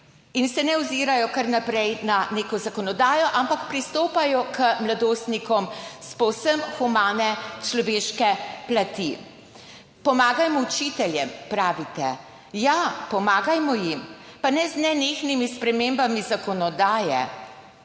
in se ne ozirajo kar naprej na neko zakonodajo, ampak pristopajo k mladostnikom s povsem humane, človeške plati. Pomagajmo učiteljem, pravite. Ja, pomagajmo jim. Pa ne z nenehnimi spremembami zakonodaje,